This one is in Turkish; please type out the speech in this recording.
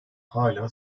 hâlâ